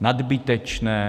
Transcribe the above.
nadbytečné.